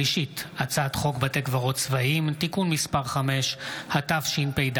הצעת חוק בתי קברות צבאיים (תיקון מס' 5), התשפ"ד